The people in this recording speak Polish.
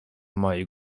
moi